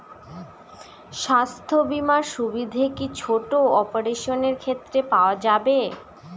স্বাস্থ্য বীমার সুবিধে কি ছোট অপারেশনের ক্ষেত্রে পাওয়া যাবে?